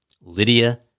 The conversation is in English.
Lydia